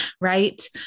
right